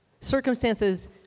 circumstances